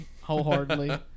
wholeheartedly